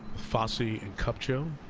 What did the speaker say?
fassi and kupcho.